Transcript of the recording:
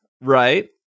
right